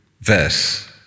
verse